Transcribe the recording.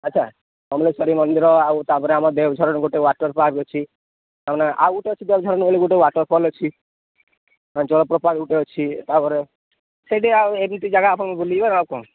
ଆଚ୍ଛା ସମଲେଶ୍ୱରୀ ମନ୍ଦିର ଆଉ ତାପରେ ଆମ ଦେବଝରଣ ଗୋଟେ ୱାଟରପାର୍କ ଅଛି ଆାନେ ଆଉ ଗୋଟେ ଅଛି ଦେବଝର ଗ ଗୋଟେ ୱାଟର ଫଲ ଅଛି ଜଳପ୍ରପାତ ଗୋଟେ ଅଛି ତାପରେ ସେଇଠି ଆଉ ଏମିତି ଜାଗା ଆପଣ ବୁଲିବାର ଆଉ କଣ